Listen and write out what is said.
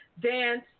dance